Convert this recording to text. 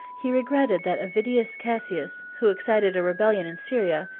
he regretted that avidius cassius, who excited a rebellion in syria,